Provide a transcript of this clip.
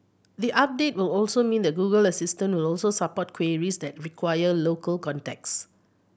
the update will also mean that Google Assistant will also support queries that require local context